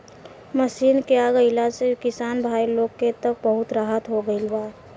machine के आ गईला से किसान भाई लोग के त बहुत राहत हो गईल बा